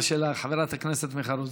שלך, חברת הכנסת מיכל רוזין.